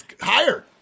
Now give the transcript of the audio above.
Higher